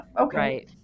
okay